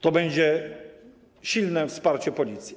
To będzie silne wsparcie Policji.